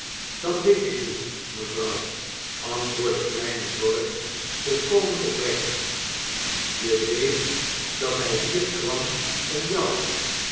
dat weet ik niet mevrouw antwoordde kleine dorrit volkomen opre c lit je weet dat hij hier kwam om jou